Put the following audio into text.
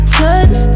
touch